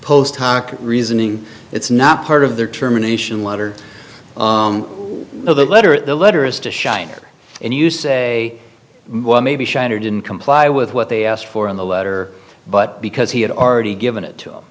post hoc reasoning it's not part of their terminations letter the letter the letter is to shine and you say well maybe shiner didn't comply with what they asked for in the letter but because he had already given it